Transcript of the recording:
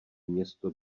město